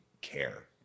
care